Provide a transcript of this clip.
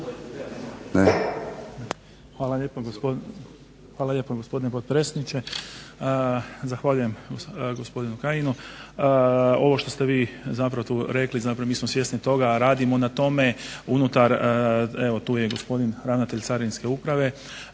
Hvala lijepa gospodine potpredsjedniče, zahvaljujem gospodinu Kajinu. Ovo što ste vi zapravo tu rekli, zapravo mi smo svjesni toga, radimo na tome unutar evo tu je gospodin ravnatelj Carinske uprave,